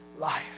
life